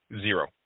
zero